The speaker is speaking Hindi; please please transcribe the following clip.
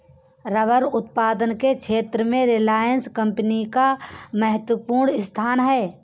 रबर उत्पादन के क्षेत्र में रिलायंस कम्पनी का महत्त्वपूर्ण स्थान है